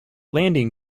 landing